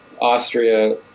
Austria